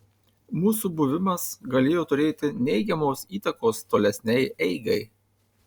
mūsų buvimas galėjo turėti neigiamos įtakos tolesnei eigai